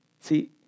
See